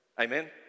Amen